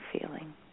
feeling